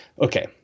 okay